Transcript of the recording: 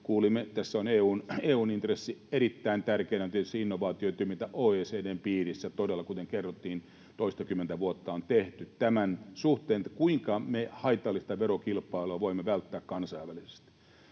Kuulimme, että tässä on EU:n intressi erittäin tärkeänä, ja tietysti innovaatiotoimintaa OECD:n piirissä on todella, kuten kerrottiin, toistakymmentä vuotta tehty tämän suhteen, kuinka me haitallista verokilpailua voimme välttää kansainvälisesti.